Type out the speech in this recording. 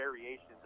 variations